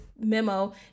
memo